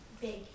big